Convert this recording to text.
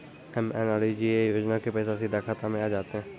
MNREGA योजना के पैसा सीधा खाता मे आ जाते?